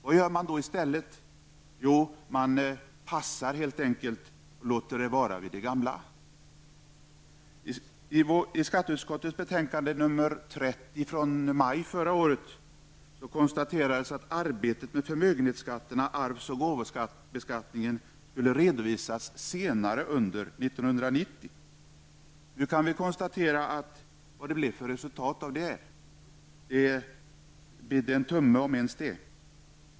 Vad gör man då i stället? Jo, man ''passar'' helt enkelt och låter allt vara vid det gamla. I skatteutskottets betänkande SkU30 från maj förra året konstaterades att arbetet med förmögenhetsskatterna, arvs och gåvobeskattningen skulle redovisas senare under år 1990. Nu kan vi konstatera vad det blev för resultat av detta. Det ''bidde en tumme'' -- om ens det.